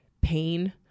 pain